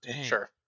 sure